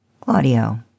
Claudio